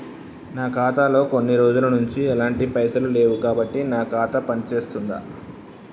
నా ఖాతా లో కొన్ని రోజుల నుంచి ఎలాంటి పైసలు లేవు కాబట్టి నా ఖాతా పని చేస్తుందా?